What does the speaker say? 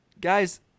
guys